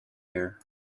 air